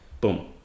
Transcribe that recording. Boom